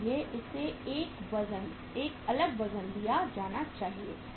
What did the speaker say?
इसलिए इसे एक अलग वजन दिया जाना चाहिए